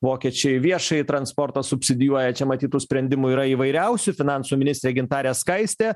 vokiečiai viešąjį transportą subsidijuoja čia matyt tų sprendimų yra įvairiausių finansų ministrė gintarė skaistė